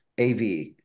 AV